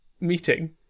meeting